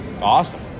awesome